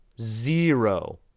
zero